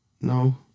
No